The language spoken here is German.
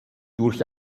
durch